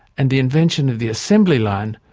and the invention of the assembly-line,